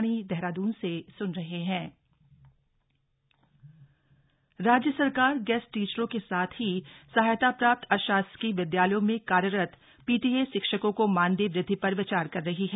टीचरों को सौगात राज्य सरकार गेस्ट टीचरों के साथ ही सहायता प्राप्त अशासकीय विद्यालयों में कार्यरत पीटीए शिक्षकों को मानदेय वृद्धि पर विचार कर रही है